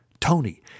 Tony